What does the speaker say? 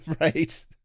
Right